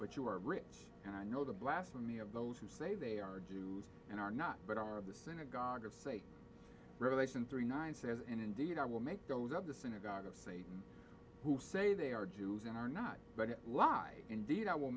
but you are rich and i know the blasphemy of those who say they are jews and are not but are of the synagogue of satan revelation three nine says indeed i will make those of the synagogue of satan who say they are jews and are not but why indeed i will